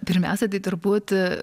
pirmiausia tai turbūt